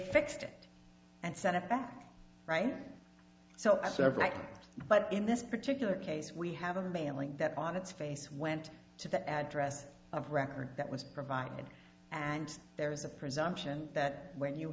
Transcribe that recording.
fixed it and sent it back right so i sort of like but in this particular case we have a mailing that on its face went to the address of record that was provided and there is a presumption that when you